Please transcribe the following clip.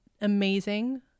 amazing